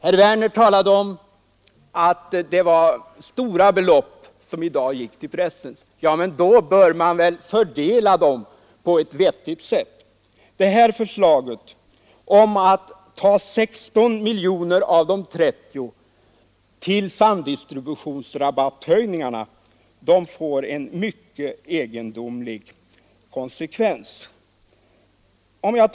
Herr Werner talade om att det var stora belopp som i dag gick till pressen. Ja, men då bör man väl fördela dem på ett vettigt sätt. Förslaget om att ta 16 miljoner kronor av de 30 miljonerna till höjning av samdistributionsrabatten får mycket egendomliga konsekvenser.